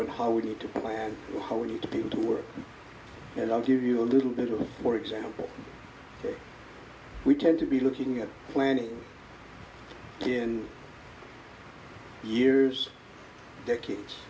and how we need to plan for you to be able to work and i'll give you a little bit of for example that we tend to be looking at planning in years decades